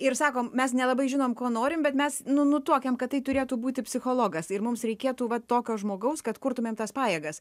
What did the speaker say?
ir sakom mes nelabai žinom ko norim bet mes nu nutuokiam kad tai turėtų būti psichologas ir mums reikėtų va tokio žmogaus kad kurtumėm tas pajėgas